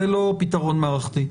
זה לא פתרון מערכתי.